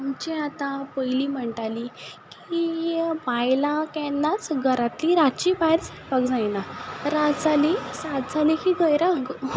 आमचे आतां पयलीं म्हणटाली की बायलां केन्नाच घरांतलीं रातचीं भायर सरपाक जायना रात जाली सात जाली की घयरा